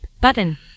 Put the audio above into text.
button